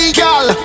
girl